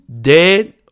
dead